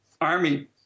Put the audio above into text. army